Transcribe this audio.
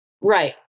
Right